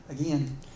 Again